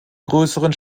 größeren